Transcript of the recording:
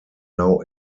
now